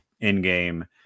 in-game